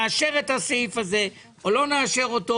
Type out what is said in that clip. נאשר את הסעיף הזה או לא נאשר אותו